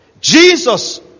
Jesus